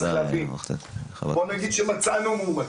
בואו נגיד שמצאנו מאומתים,